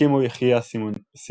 הקימו יחיא סנואר,